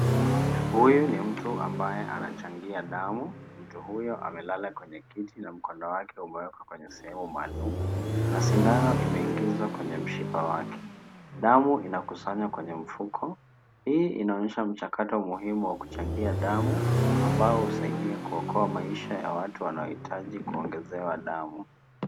Huyu ni mtu ambaye anachangia damu. Mtu huyu amelala kwenye kiti na mkono wake umewekwa kwenye sehemu maalum na sindano imeingizwa kwenye mshiba wake. Damu inakusanywa kwenye mfuko. Hii inaonyesha mjakato muhimu wa kuchangia damu ambao husaidia kuokoa maisha ya watu wanaohitaji kuongezewa damu.